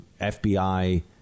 FBI